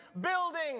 building